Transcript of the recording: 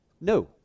no